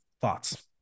thoughts